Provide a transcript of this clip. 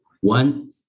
one